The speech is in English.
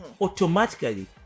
Automatically